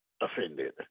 offended